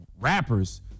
rappers